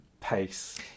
pace